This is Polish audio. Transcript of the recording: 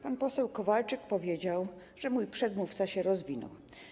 Pan poseł Kowalczyk powiedział, że mój przedmówca się rozwinął.